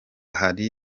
hari